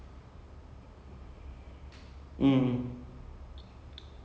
till at least like season six the development of the characters and how they come to